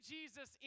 Jesus